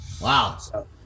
Wow